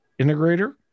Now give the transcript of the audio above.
integrator